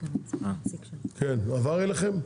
הועבר אליכם?